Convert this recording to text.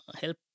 help